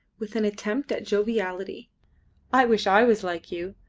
with an attempt at joviality i wish i was like you.